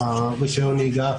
רישיון הנהיגה,